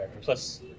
Plus